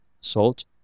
salt